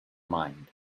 mind